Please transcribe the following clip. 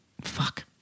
fuck